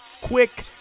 Quick